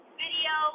video